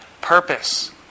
Purpose